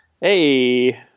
Hey